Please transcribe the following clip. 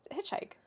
Hitchhike